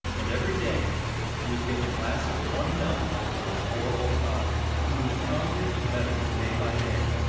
and every day he was given a glass of warm milk for his poor old father, who grew stronger and better day by day.